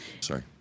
Sorry